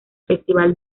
festival